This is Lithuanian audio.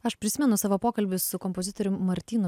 aš prisimenu savo pokalbius su kompozitorium martynu